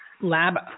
lab